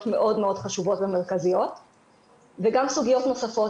מאוד חשובות ומרכזיות וגם סוגיות נוספות,